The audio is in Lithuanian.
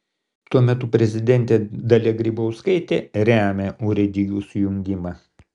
tuo metu prezidentė dalia grybauskaitė remia urėdijų sujungimą